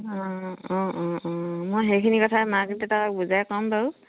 অঁ অঁ অঁ অঁ অঁ মই সেইখিনি কথাই মাক দেউতাকক বুজাই ক'ম বাৰু